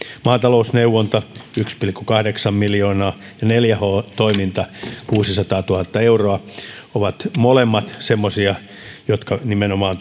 maatalousneuvontaan yksi pilkku kahdeksan miljoonaa ja neljä h toimintaan kuusisataatuhatta euroa ovat molemmat semmoisia jotka nimenomaan